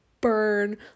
burn